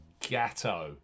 Gatto